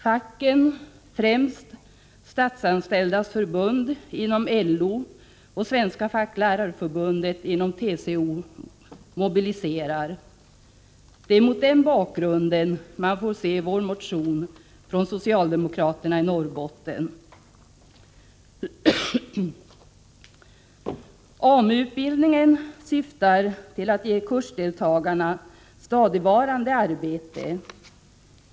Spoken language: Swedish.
Facken, främst Statsanställdas förbund inom LO och Svenska facklärarförbundet inom TCO, mobiliserar. Det är mot den bakgrunden man får se motionen från oss socialdemokrater i Norrbotten. AMU-utbildningen syftar till att ge kursdeltagarna stadigvarande arbete.